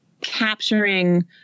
capturing